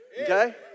Okay